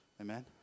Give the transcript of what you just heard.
Amen